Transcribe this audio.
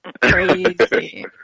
Crazy